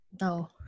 no